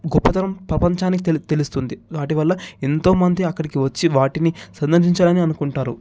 గొప్పతనం ప్రపంచానికి తెలు తెలుస్తుంది వాటి వల్ల ఎంతోమంది అక్కడికి వచ్చి వాటిని సందర్శించాలని అనుకుంటారు